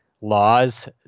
laws